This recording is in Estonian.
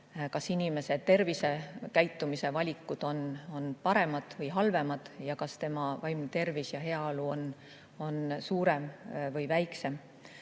kas inimese tervisekäitumise valikud on paremad või halvemad ja kas tema vaimne tervis ja heaolu on suurem või väiksem.